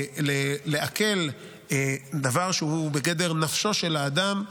לעקל דבר שהוא בגדר נפשו של האדם,